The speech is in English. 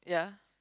yeah